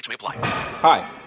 Hi